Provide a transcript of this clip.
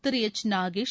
Thiru H Nagesh